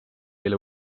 eile